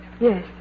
Yes